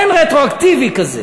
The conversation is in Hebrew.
אין רטרואקטיבי כזה